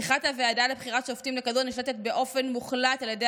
הפיכת הוועדה לבחירת שופטים לכזאת הנשלטת באופן מוחלט על ידי